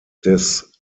des